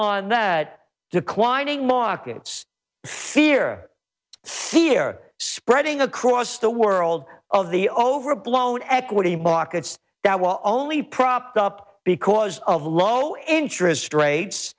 on that declining markets fear here spreading across the world of the overblown equity markets that will only propped up because of low interest rates